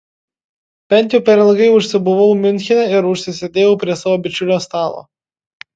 bet jau per ilgai užsibuvau miunchene ir užsisėdėjau prie savo bičiulio stalo